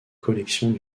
collections